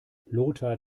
lothar